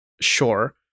Sure